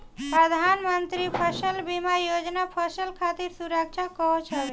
प्रधानमंत्री फसल बीमा योजना फसल खातिर सुरक्षा कवच हवे